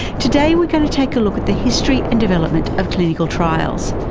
today we're going to take a look at the history and development of clinical trials,